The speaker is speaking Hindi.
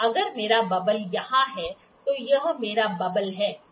अगर मेरा बबल यहाँ है तो यह मेरा बबल है ठीक है